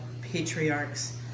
patriarchs